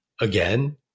again